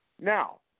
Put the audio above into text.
Now